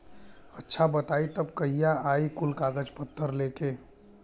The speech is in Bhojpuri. अच्छा बताई तब कहिया आई कुल कागज पतर लेके?